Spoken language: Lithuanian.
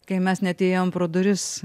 kai mes net ėjom pro duris